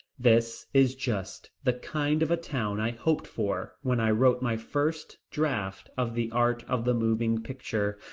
this is just the kind of a town i hoped for when i wrote my first draft of the art of the moving picture.